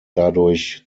dadurch